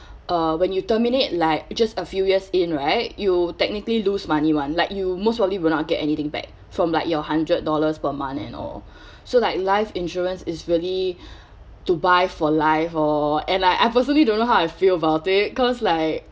uh when you terminate like just a few years in right you technically lose money [one] like you most probably will not get anything back from like your hundred dollars per month and all so like life insurance is really to buy for live hor and like I personally don't know how I feel about it cause like